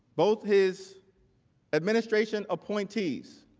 both his administration appointees